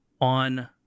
on